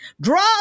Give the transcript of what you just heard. drug